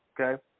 okay